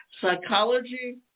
Psychology